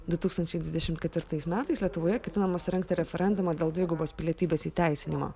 du tūkstančiai dvidešim ketvirtais metais lietuvoje ketinama surengti referendumą dėl dvigubos pilietybės įteisinimo